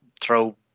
throw